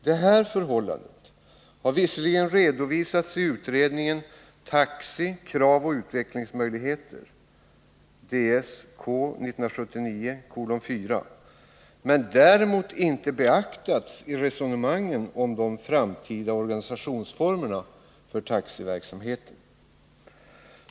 Detta förhållande har visserligen redovisats i utredningen TAXI - kravoch utvecklingsmöjligheter men däremot inte beaktats i resonemangen om de framtida organisationsformerna för taxiverksamheten.